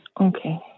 Okay